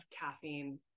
caffeine